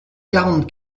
quarante